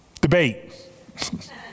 debate